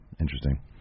Interesting